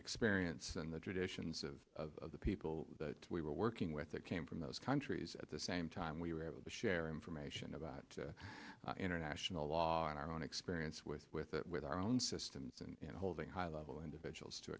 experience and the traditions of the people that we were working with that came from those countries at the same time we were able to share information about international law and our own experience with with that with our own systems and holding high level individuals to